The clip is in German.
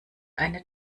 eine